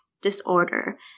disorder